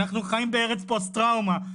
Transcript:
אנחנו חיים בארץ פוסט טראומה.